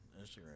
Instagram